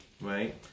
right